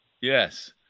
Yes